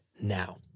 now